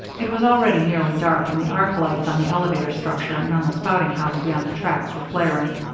it was already nearly dark, and the arc lights on the elevator structure, and on the spouting house, beyond the tracks, were flaring.